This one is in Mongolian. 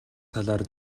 талаар